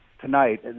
tonight